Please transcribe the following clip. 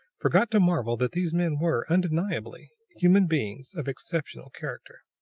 forgot to marvel that these men were, undeniably, human beings of exceptional character.